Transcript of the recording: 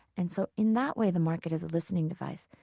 and so in that way, the market is a listening device.